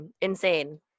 Insane